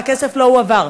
והכסף לא הועבר.